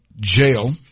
jail